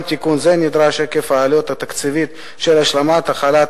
גם תיקון זה נדרש עקב העלות התקציבית של השלמת החלת